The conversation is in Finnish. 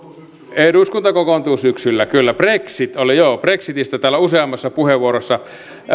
eduskunta kokoontuu syksyllä kyllä brexit oli joo brexitistä täällä useammassa puheenvuorossa